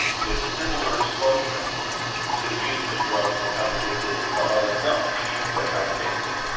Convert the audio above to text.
with similar exposure to the use of a drug become addicted and some others don't become addicted?